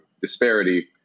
disparity